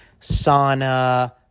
sauna